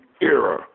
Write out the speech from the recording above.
era